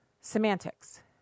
Semantics